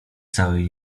całej